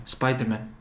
Spider-Man